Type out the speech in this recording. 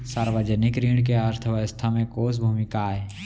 सार्वजनिक ऋण के अर्थव्यवस्था में कोस भूमिका आय?